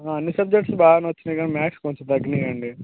అన్ని సబ్జక్ట్స్ బాగానే వచ్చినాయి కానీ మాథ్స్ కొంచం తగ్గినై అండీ